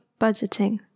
budgeting